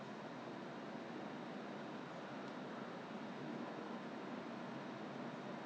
err but pass to the boys already so the boys are using then before that 我又跟那个一个不懂 Bio Essence 什么